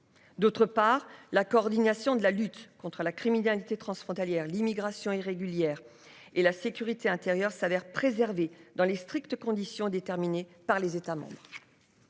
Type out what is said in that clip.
D'autre part la coordination de la lutte contre la criminalité transfrontalière l'immigration irrégulière et la sécurité intérieure s'avère préserver dans les strictes conditions déterminées par les États.